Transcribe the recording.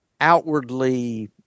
outwardly